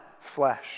flesh